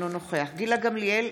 אינו נוכח גילה גמליאל,